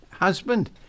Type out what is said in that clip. husband